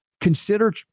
Consider